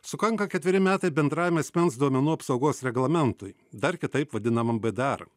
sukanka ketveri metai bendrajam asmens duomenų apsaugos reglamentui dar kitaip vadinamam bdar